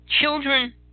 children